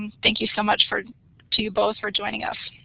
thank you so much for to you both for joining us.